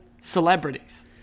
celebrities